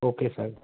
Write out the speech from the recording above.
okay sir